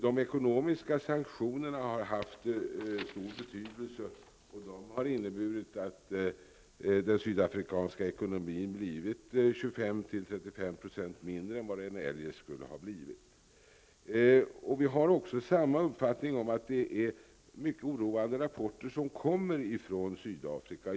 De ekonomiska sanktionerna har haft stor betydelse, och de har inneburit att volymen när det gäller den Sydafrikanska ekonomin har minskat med 25--35 %. Jag delar också uppfattningen att det är mycket oroande rapporter som kommer från Sydafrika.